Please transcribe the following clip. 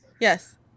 Yes